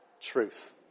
truth